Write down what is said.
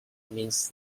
means